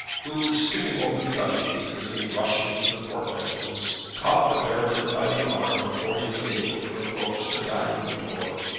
who, skipping over the gun-cases, and rushing through the portmanteaus, caught the baronet by the arm before he had been able to approach the dining-room door.